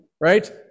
right